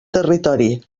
territori